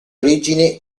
origine